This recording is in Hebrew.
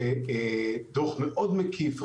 דוח מאוד מקיף,